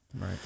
right